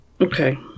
Okay